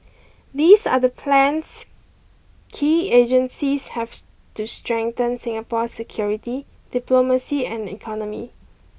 these are the plans key agencies have to strengthen Singapore's security diplomacy and economy